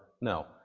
no